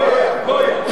גויה.